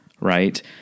right